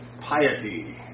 piety